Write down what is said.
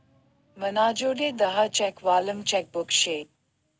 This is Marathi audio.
मनाजोडे दहा चेक वालं चेकबुक शे